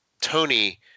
Tony –